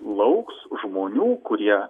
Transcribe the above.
lauks žmonių kurie